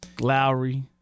Lowry